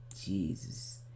Jesus